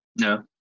No